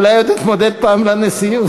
אולי עוד אתמודד פעם לנשיאות.